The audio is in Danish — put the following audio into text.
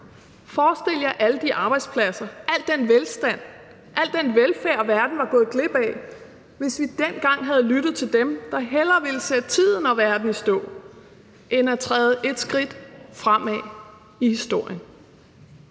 Forestil jer alle de arbejdspladser, al den velstand, al den velfærd, som verden var gået glip af, hvis vi dengang havde lyttet til dem, der hellere ville sætte tiden og verden i stå end at træde et skridt fremad i historien.